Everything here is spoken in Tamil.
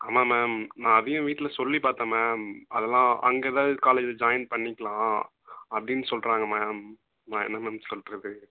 ஆமாம் மேம் நான் அதையும் வீட்டில் சொல்லி பார்த்தேன் மேம் அதெல்லாம் அங்கே ஏதாவது காலேஜில் ஜாயின் பண்ணிக்கலாம் அப்படின்னு சொல்கிறாங்க மேம் நான் என்ன மேம் சொல்கிறது